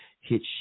hit